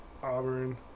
Auburn